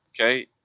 okay